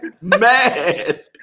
mad